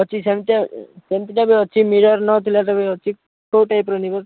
ଅଛି ସେମିତିଆ ସେମିତିଟା ବି ଅଛି ମିରର୍ ନଥିଲାଟା ବି ଅଛି କୋଉ ଟାଇପ୍ର ନେବେ